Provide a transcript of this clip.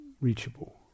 reachable